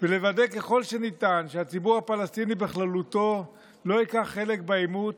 ולוודא ככל שניתן שהציבור הפלסטיני בכללותו לא ייקח חלק בעימות,